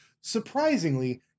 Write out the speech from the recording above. surprisingly